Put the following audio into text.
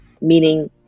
meaning